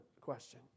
question